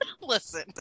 Listen